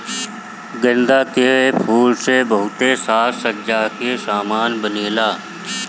गेंदा के फूल से बहुते साज सज्जा के समान बनेला